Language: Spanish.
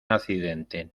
accidente